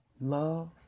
love